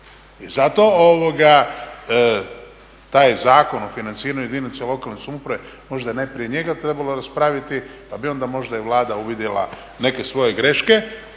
I zato taj Zakon o financiranju jedinica lokalne samouprave možda je najprije njega trebalo raspraviti pa bi onda možda i Vlada uvidjela neke svoje greške.